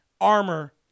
Armor